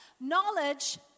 Knowledge